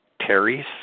Terry's